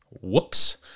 whoops